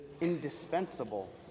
indispensable